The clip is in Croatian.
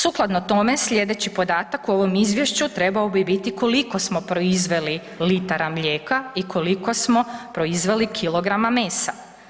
Sukladno tome slijedeći podataka u ovom izvješću trebao bi biti koliko smo proizveli litara mlijeka i koliko smo proizveli kilograma mesa.